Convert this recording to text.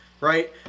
right